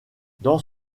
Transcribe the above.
dans